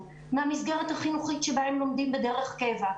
מהמסגרת החינוכית שבהם הם לומדים דרך קבע,